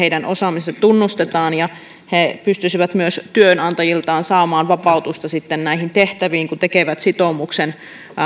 osaamisensa tunnustetaan ja he pystyisivät myös työnantajiltaan saamaan vapautusta sitten näihin tehtäviin kun tekevät sitoumuksen